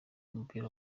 ry’umupira